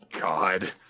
God